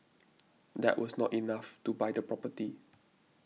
that was not enough to buy the property